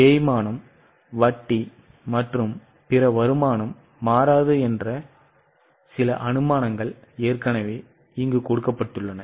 தேய்மானம் வட்டி மற்றும் பிற வருமானம் மாறாது என்று சில அனுமானங்கள் ஏற்கனவே கொடுக்கப்பட்டுள்ளன